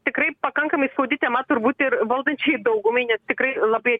tikrai pakankamai skaudi tema turbūt ir valdančiai daugumai nes tikrai labai